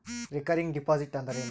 Recurring deposit ಅಂದರೇನು?